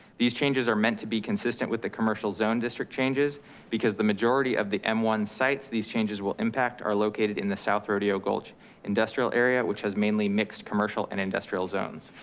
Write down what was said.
these changes are meant to be consistent with the commercial zone district changes because the majority of the m one sites, these changes will impact are located in the south rodeo gulch industrial area, which has mainly mixed commercial and industrial zones.